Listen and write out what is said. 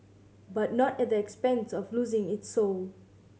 but not at the expense of losing its soul